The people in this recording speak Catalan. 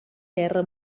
guerra